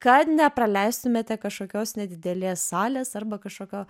kad nepraleistumėte kažkokios nedidelės salės arba kažkokio